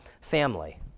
family